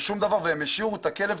הם השאירו את הכלב.